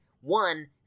One